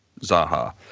Zaha